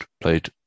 played